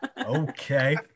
Okay